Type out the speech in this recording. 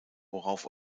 worauf